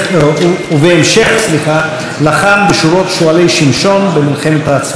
ובהמשך לחם בשורות שועלי שמשון במלחמת העצמאות.